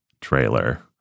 trailer